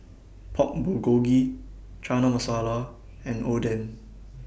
Pork Bulgogi Chana Masala and Oden